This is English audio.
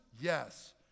yes